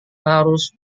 harus